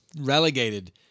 relegated